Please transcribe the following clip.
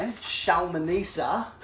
Shalmaneser